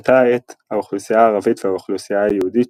באותה העת האוכלוסייה הערבית והאוכלוסייה היהודית